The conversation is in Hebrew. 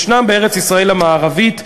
ישנם בארץ-ישראל המערבית,